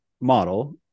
model